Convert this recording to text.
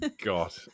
God